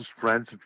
friends